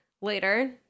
Later